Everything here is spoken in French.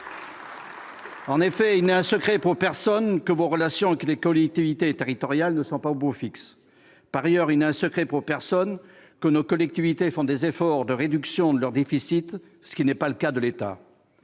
En effet, il n'est un secret pour personne que ses relations avec les collectivités territoriales ne sont pas au beau fixe. Il n'est non plus un secret pour personne que nos collectivités font des efforts pour réduire leur déficit, ce qui n'est pas le cas de l'État.